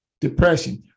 depression